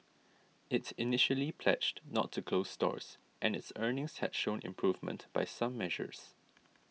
it initially pledged not to close stores and its earnings had shown improvement by some measures